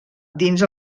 dins